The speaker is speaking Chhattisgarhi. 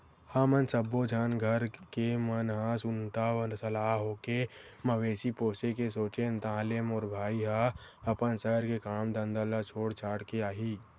हमन सब्बो झन घर के मन ह सुनता सलाह होके मवेशी पोसे के सोचेन ताहले मोर भाई ह अपन सहर के काम धंधा ल छोड़ छाड़ के आही